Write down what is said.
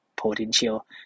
potential